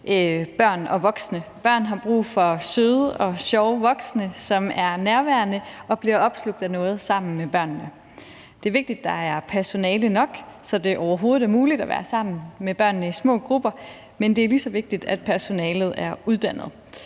børn og voksne. Børn har brug for søde og sjove voksne, som er nærværende og bliver opslugt af noget sammen med børnene. Det er vigtigt, at der er personale nok, så det i det hele taget er muligt at være sammen med børnene i små grupper, men det er lige så vigtigt, at personalet er uddannet.